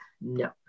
No